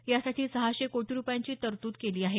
यासाठी सहाशे कोटी रुपयांची तरतूद केली आहे